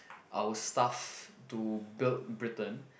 our stuff to build Britain